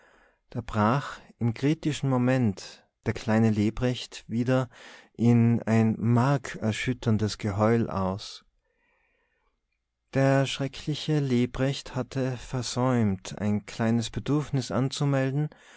da brach im kritischen moment der kleine lebrecht wieder in ein markerschütterndes geheul aus der schreckliche lebrecht hatte versäumt ein kleines bedürfnis anzumelden